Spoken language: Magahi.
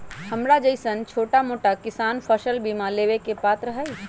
हमरा जैईसन छोटा मोटा किसान फसल बीमा लेबे के पात्र हई?